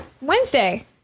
Wednesday